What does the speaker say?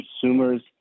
consumers